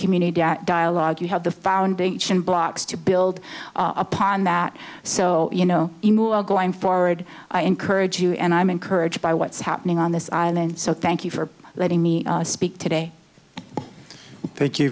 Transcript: community dialogue you have the foundation blocks to build upon that so you know you are going forward i encourage you and i'm encouraged by what's happening on this island so thank you for letting me speak today